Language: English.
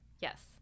yes